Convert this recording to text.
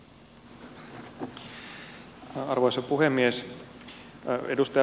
arvoisa puhemies